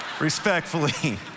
respectfully